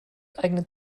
eignet